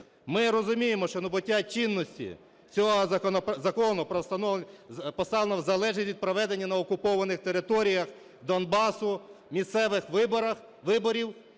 Ми розуміємо, що набуття чинності цього закону поставлено в залежність від проведення на окупованих територіях Донбасу місцевих виборів